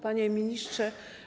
Panie Ministrze!